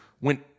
went